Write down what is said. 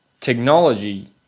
technology